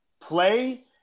play